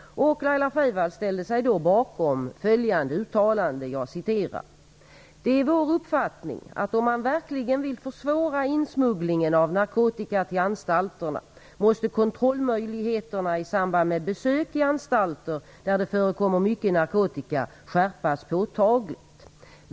Laila Freivalds ställde sig då bakom följande uttalande: "Det är vår uppfattning att om man verkligen vill försvåra insmugglingen av narkotika till anstalterna måste kontrollmöjligheterna i samband med besök i anstalter, där det förekommer mycket narkotika, skärpas påtagligt."